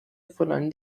فلانی